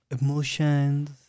emotions